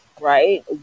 right